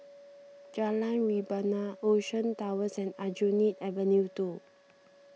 Jalan Rebana Ocean Towers and Aljunied Avenue two